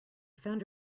found